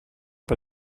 bei